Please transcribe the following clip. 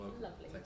lovely